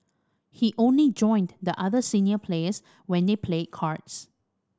he only join the other senior players when they played cards